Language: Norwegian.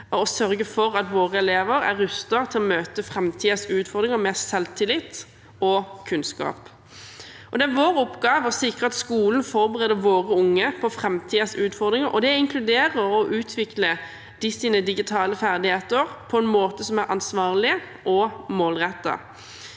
og sørge for at våre elever er rustet til å møte framtidens utfordringer med selvtillit og kunnskap. Det er vår oppgave å sikre at skolen forbereder våre unge på framtidens utfordringer, og det inkluderer å utvikle deres digitale ferdigheter på en måte som er ansvarlig og målrettet.